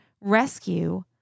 rescue